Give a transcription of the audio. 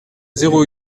zéro